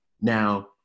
Now